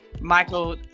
Michael